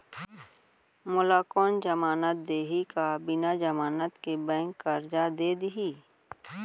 मोला कोन जमानत देहि का बिना जमानत के बैंक करजा दे दिही?